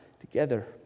together